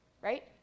right